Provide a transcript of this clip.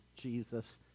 Jesus